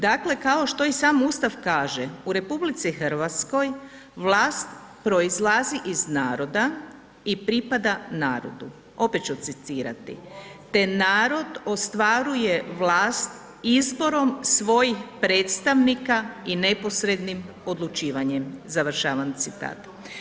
Dakle, kao što i sam Ustav kaže, u RH vlast proizlazi iz naroda i pripada narodu, opet ću citirati, te narod ostvaruje vlast izborom svojih predstavnika i neposrednim odlučivanjem, završavam citat.